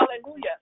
Hallelujah